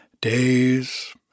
Days